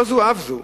לא זו אף זו,